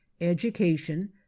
education